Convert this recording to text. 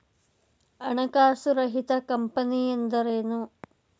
ಹಣಕಾಸು ರಹಿತ ಕಂಪನಿ ಎಂದರೇನು?